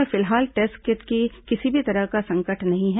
प्रदेश में फिलहाल test kit का किसी भी तरह का संकट नहीं है